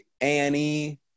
Annie